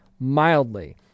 Mildly